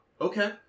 Okay